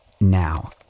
now